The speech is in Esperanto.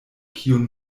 kiun